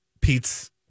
Pete's